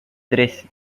tres